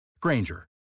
Granger